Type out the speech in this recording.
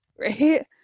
right